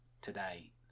today